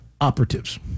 operatives